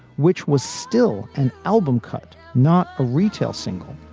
which was still an album cut, not a retail single,